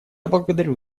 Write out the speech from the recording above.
благодарю